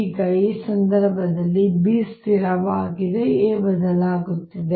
ಈಗ ಈ ಸಂದರ್ಭದಲ್ಲಿ B ಸ್ಥಿರವಾಗಿದೆ A ಬದಲಾಗುತ್ತಿದೆ